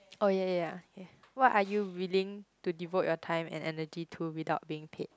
oh ya ya ya what are you willing to devote your time and energy to without being paid